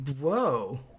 Whoa